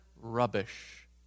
rubbish